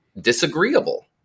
disagreeable